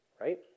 right